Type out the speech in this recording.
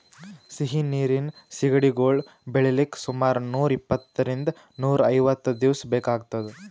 ಸಿಹಿ ನೀರಿನ್ ಸಿಗಡಿಗೊಳ್ ಬೆಳಿಲಿಕ್ಕ್ ಸುಮಾರ್ ನೂರ್ ಇಪ್ಪಂತ್ತರಿಂದ್ ನೂರ್ ಐವತ್ತ್ ದಿವಸ್ ಬೇಕಾತದ್